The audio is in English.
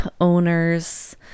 owners